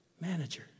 manager